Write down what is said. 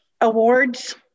Awards